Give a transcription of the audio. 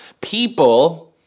people